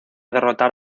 derrotar